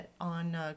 on